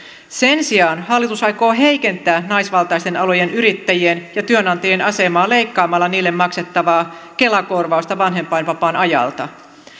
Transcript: sen sijaan hallitus aikoo heikentää naisvaltaisten alojen yrittäjien ja työnantajien asemaa leikkaamalla niille maksettavaa kela korvausta vanhempainvapaan ajalta